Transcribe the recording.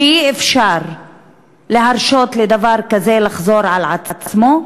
שאי-אפשר להרשות לדבר כזה לחזור על עצמו.